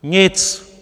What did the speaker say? Nic!